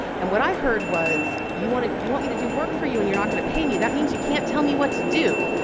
and what i heard was you want you want me to do work for you and you're not going to pay me that means you can't tell me what to do.